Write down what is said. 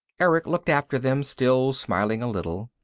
erick looked after them, still smiling a little.